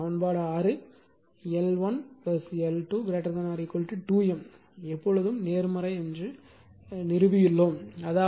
எனவே சமன்பாடு 6 L1 L2 2 M எப்பொழுதும் நேர்மறை என்று நிறுவியுள்ளோம்